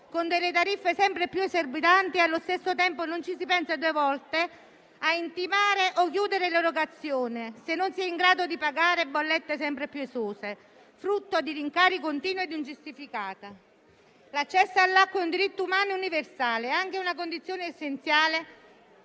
con tariffe sempre più esorbitanti e allo stesso tempo non ci si pensa due volte a intimare o chiudere l'erogazione se non si è in grado di pagare bollette sempre più esose, frutto di rincari continui e ingiustificati. L'accesso all'acqua è un diritto umano universale ed è anche una condizione essenziale